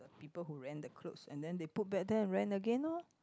people who rent the clothes and then they put back there and rent again orh